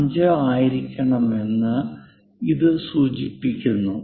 5 ആയിരിക്കണമെന്ന് ഇത് സൂചിപ്പിക്കുന്നു